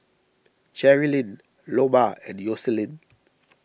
Jerilynn Loma and Yoselin